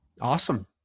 Awesome